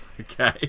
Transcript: okay